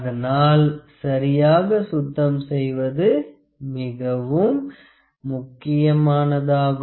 அதனால் சரியாக சுத்தம் செய்வது மிகவும் முக்கியமானதாகும்